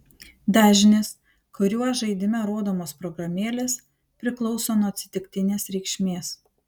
dažnis kuriuo žaidime rodomos programėlės priklauso nuo atsitiktinės reikšmės